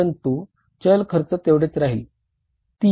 परंतु चल खर्च तेवढेच राहील